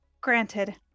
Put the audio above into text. granted